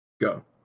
Go